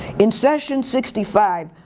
in session sixty five,